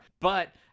but-